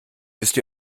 müsst